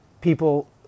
people